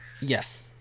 Yes